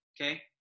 okay